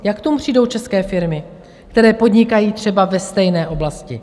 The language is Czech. Jak k tomu přijdou české firmy, které podnikají třeba ve stejné oblasti?